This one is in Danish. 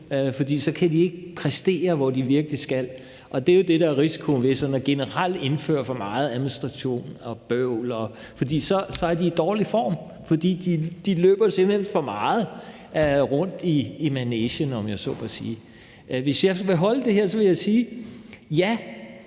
for så kan de ikke præstere der, hvor de virkelig skal. Det er jo det, der er risikoen ved sådan generelt at indføre for meget administration og bøvl: Så er de i dårlig form. De løber simpelt hen for meget rundt i manegen, om jeg så må sige. Hvis jeg skal holde her, vil jeg sige: Ja,